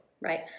Right